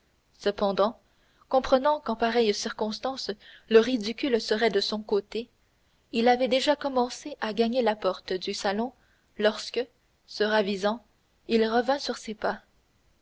cependant comprenant qu'en pareille circonstance le ridicule serait de son côté il avait déjà commencé à gagner la porte du salon lorsque se ravisant il revint sur ses pas